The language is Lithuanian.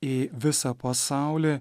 į visą pasaulį